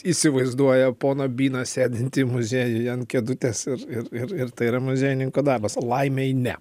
įsivaizduoja poną byną sėdintį muziejuje ant kėdutės ir ir ir ir tai yra muziejininko darbas laimei ne